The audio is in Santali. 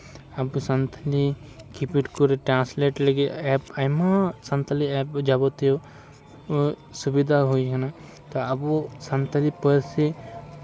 ᱟᱵᱚ ᱥᱟᱱᱛᱟᱞᱤ ᱠᱤᱯᱮᱰ ᱠᱚᱨᱮᱜ ᱴᱟᱱᱥᱞᱮᱴ ᱞᱟᱹᱜᱤᱫ ᱮᱯ ᱟᱭᱢᱟ ᱥᱟᱱᱛᱟᱞᱤ ᱮᱯ ᱡᱟᱵᱚᱛᱤᱭᱚ ᱥᱩᱵᱤᱫᱷᱟ ᱦᱩᱭ ᱠᱟᱱᱟ ᱛᱚ ᱟᱵᱚ ᱥᱟᱱᱛᱟᱞᱤ ᱯᱟᱹᱨᱥᱤ